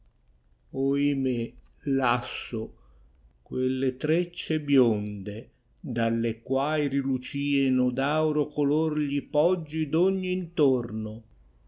o ime lasso quelle trecce bionde dalle quai rilucieno d aureo color gli poggi d ogn intorno